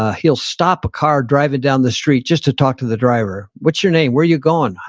ah he'll stop a car driving down the street just to talk to the driver. what's your name? where are you going?